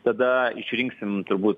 tada išrinksim turbūt